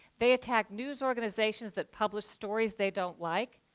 they attack news organizations that publish stories they don't like,